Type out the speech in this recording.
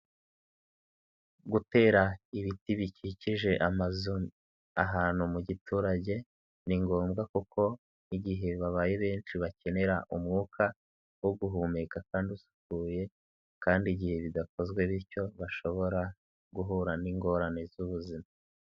Gutera ibiti bikikije amazu ahantu mu giturage ni ngombwa kuko igihe babaye benshi bakenera umwuka, wo guhumeka kandi usukuye kandi igihe bidakozwe bityo bashobora guhura n'ingorane z'ubuzima.